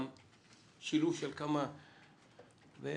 אני